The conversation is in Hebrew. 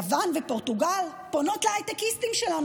יוון ופורטוגל פונות להייטקיסטים שלנו